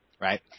right